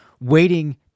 waiting